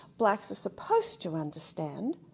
blacks are supposed to understand,